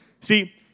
See